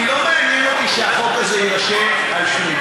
כי לא מעניין אותי שהחוק הזה יירשם על שמי.